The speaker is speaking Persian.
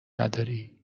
نداری